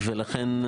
לכן,